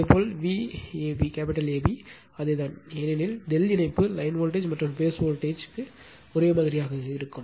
இதேபோல் VAB அதே தான் ஏனெனில் ∆ இணைப்பு லைன் வோல்டேஜ் மற்றும் பேஸ் வோல்டேஜ் ஒரே மாதிரியாக இருக்கும்